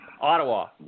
Ottawa